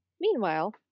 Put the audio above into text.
Meanwhile